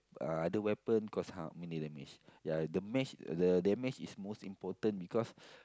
uh other weapon cause how many damage ya damage the damage is most important because